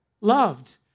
loved